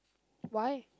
why